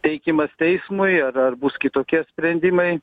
teikimas teismui ar ar bus kitokie sprendimai